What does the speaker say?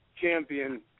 champion